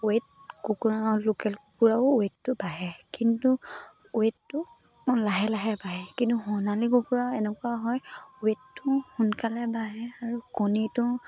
weight কুকুৰা local কুকুৰাও ৱেইটটো বাঢ়ে কিন্তু ৱেইটটো অকণ লাহে লাহে বাঢ়ে কিন্তু সোণালী কুকুৰা এনেকুৱা হয় ৱেইটটো সোনকালে বাঢ়ে আৰু কণীটো